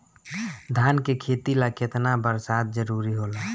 धान के खेती ला केतना बरसात जरूरी होला?